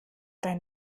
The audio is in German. dein